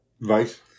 Right